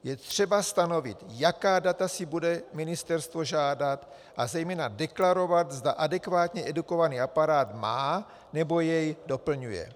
Je třeba stanovit, jaká data si bude ministerstvo žádat, a zejména deklarovat, zda adekvátně edukovaný aparát má nebo jej doplňuje.